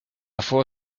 for